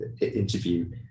interview